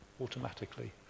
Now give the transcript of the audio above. automatically